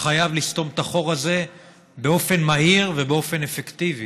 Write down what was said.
חייב לסתום את החור הזה באופן מהיר ובאופן אפקטיבי,